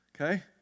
okay